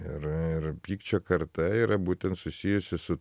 ir ir pykčio karta yra būtent susijusi su